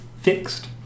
fixed